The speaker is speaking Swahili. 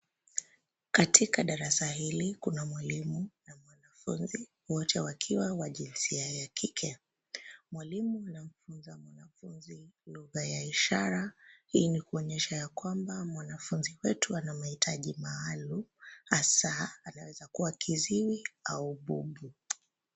Katika darasa hili kuna mwalimu na mwanafunzi wote wakiwa wa jinsia ya kike, mwalimu anamfunza mwanafunzi lugha ya ishara hii ni kuonyesha ya kwamba mwanafunzi wetu ana mahitaji maalum, hasa anaweza kuwa kiziwi au bubu.